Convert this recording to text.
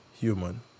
human